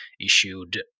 issued